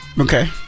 Okay